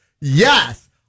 Yes